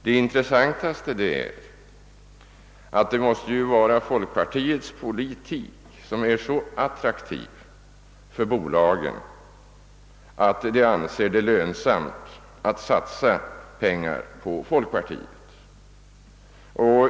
Det intressanta i sammanhanget är att folkpartiets politik måste vara så attraktiv för bolagen, att dessa anser det lönsamt att satsa pengar på folkpartiet.